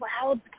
clouds